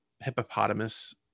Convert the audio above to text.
hippopotamus